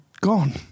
gone